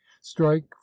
strike